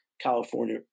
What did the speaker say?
California